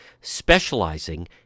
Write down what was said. specializing